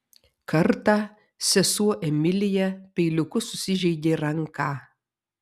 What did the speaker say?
kartą sesuo emilija peiliuku susižeidė ranką